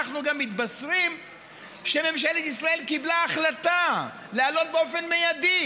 אנחנו גם מתבשרים שממשלת ישראל קיבלה החלטה להעלות באופן מיידי